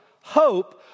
hope